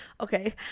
Okay